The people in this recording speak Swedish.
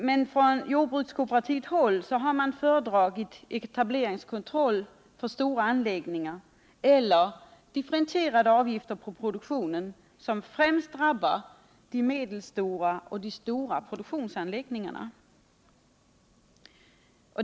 Men från jordbrukskooperativt håll har man föredragit etableringskontroll för stora anläggningar eller differentierade avgifter på produktionen, som främst drabbar medelstora och stora produktionsanläggningar.